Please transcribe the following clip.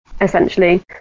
essentially